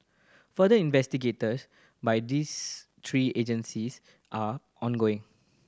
further investigators by these three agencies are ongoing